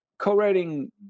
co-writing